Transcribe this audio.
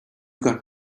got